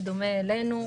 בדומה אלינו,